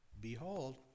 Behold